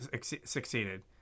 succeeded